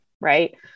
Right